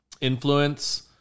Influence